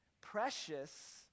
precious